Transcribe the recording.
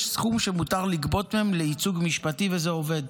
יש סכום שמותר לגבות מהם לייצוג משפטי, וזה עובד.